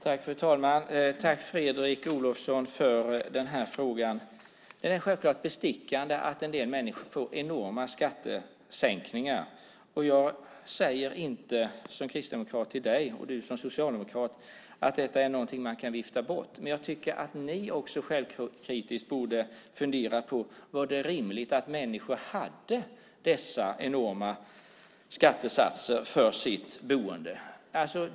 Fru talman! Tack, Fredrik Olovsson, för frågan! Det sticker självklart i ögonen att en del människor får enorma skattesänkningar. Jag säger inte som kristdemokrat till dig som socialdemokrat att detta är någonting man kan vifta bort. Men jag tycker att ni också självkritiskt borde fundera på om det var rimligt att människor hade dessa enorma skattesatser för sitt boende.